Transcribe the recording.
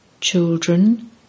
Children